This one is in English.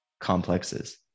complexes